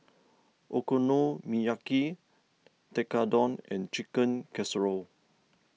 Okonomiyaki Tekkadon and Chicken Casserole